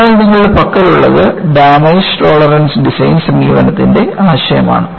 അതിനാൽ നിങ്ങളുടെ പക്കലുള്ളത് ഡാമേജ് ടോളറന്റ് ഡിസൈൻ സമീപനത്തിന്റെ ആശയമാണ്